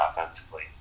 offensively